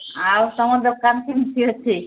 ଆଉ ତୁମ ଦୋକାନ କେମିତି ଅଛି